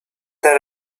that